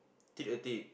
tick a date